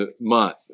month